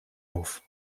auf